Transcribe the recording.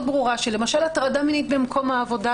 ברורה שלמשל הטרדה מינית במקום העבודה,